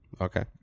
Okay